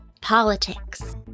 Politics